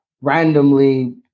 randomly